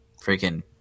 freaking